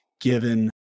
given